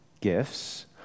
gifts